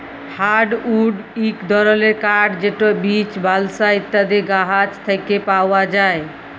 hardwood ইক ধরলের কাঠ যেট বীচ, বালসা ইত্যাদি গাহাচ থ্যাকে পাউয়া যায়